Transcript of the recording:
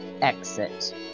exit